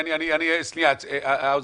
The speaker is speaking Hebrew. שנייה, האוזר.